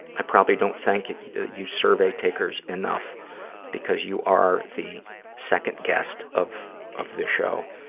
i probably don't thank you survey-takers enough because you are the second guest of of this show,